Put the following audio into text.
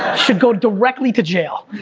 should go directly to jail.